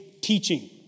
teaching